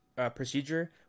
procedure